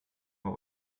mal